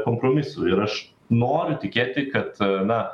kompromisų ir aš noriu tikėti kad na